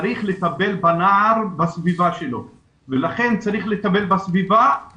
צריך לטפל בנער בסביבה שלו לכן צריך לטפל בסביבה